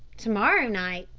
to-morrow night,